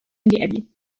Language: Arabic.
لأبي